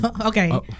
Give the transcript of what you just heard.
okay